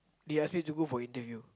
they ask me to go for interview